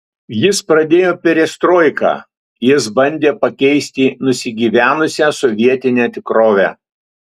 jis pradėjo perestroiką jis bandė pakeisti nusigyvenusią sovietinę tikrovę